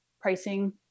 pricing